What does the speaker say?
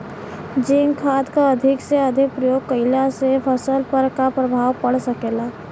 Zinc खाद क अधिक से अधिक प्रयोग कइला से फसल पर का प्रभाव पड़ सकेला?